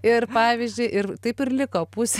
ir pavyzdžiui ir taip ir liko pusė